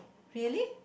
really